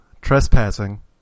trespassing